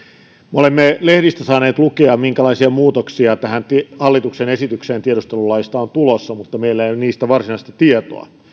me olemme lehdistä saaneet lukea minkälaisia muutoksia tähän hallituksen esitykseen tiedustelulaista on tulossa mutta meillä ei ole niistä varsinaisesti tietoa